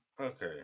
Okay